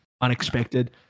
unexpected